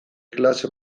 klase